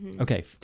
Okay